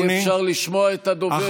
אי-אפשר לשמוע את הדובר.